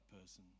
person